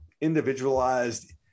individualized